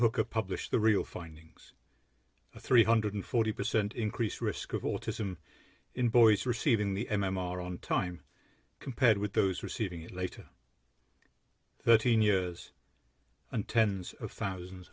hook up published the real findings a three hundred forty percent increase risk of autism in boys receiving the m m r on time compared with those receiving it later thirteen years and tens of thousands